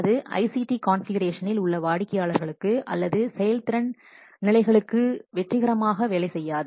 அது ஐசிடி கான்ஃபிகுரேஷனனில்உள்ள வாடிக்கையாளர்களுக்கு அல்லது செயல்திறன் நிலைகளுக்கு வெற்றிகரமாக வேலை செய்யாது